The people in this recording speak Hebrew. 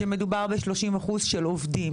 שמדובר ב-30% של עובדים.